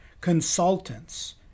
consultants